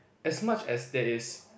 as much as there is